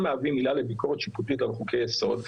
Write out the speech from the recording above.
מהווים עילה לביקורת שיפוטית על חוקי יסוד,